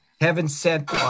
heaven-sent